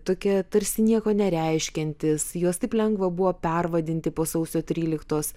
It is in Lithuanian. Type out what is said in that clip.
tokie tarsi nieko nereiškiantys juos taip lengva buvo pervadinti po sausio tryliktos